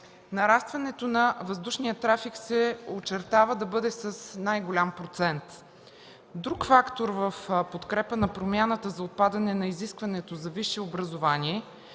нарастването на въздушния трафик се очертава да бъде с най-голям процент. Друг фактор в подкрепа на промяната за отпадане на изискването за висше образование